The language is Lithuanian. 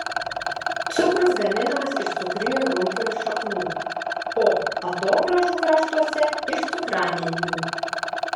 cukrus gaminamas iš cukrinių runkelių šaknų o atogrąžų kraštuose iš cukranendrių